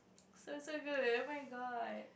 so so good oh-my-god